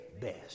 best